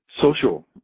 social